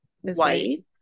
white